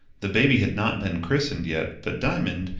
the baby had not been christened yet, but diamond,